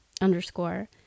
Underscore